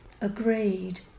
Agreed